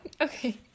Okay